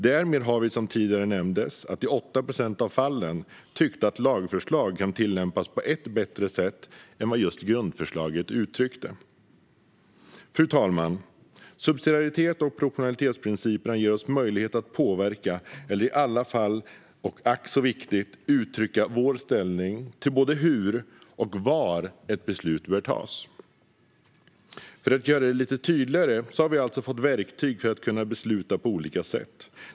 Därmed har vi, som tidigare nämndes, i 8 procent av fallen tyckt att lagförslag kan tillämpas på ett bättre sätt än vad grundförslaget utryckte. Fru talman! Subsidiaritets och proportionalitetsprinciperna ger oss möjlighet att påverka eller i alla fall, och det är ack så viktigt, uttrycka vår ställning till både hur och var ett beslut bör tas. För att göra det lite tydligare innebär detta alltså att vi har fått verktyg för att kunna besluta på olika sätt.